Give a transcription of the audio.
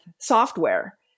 software